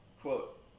quote